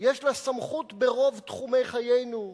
יש לה סמכות ברוב תחומי חיינו.